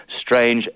Strange